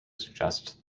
suggest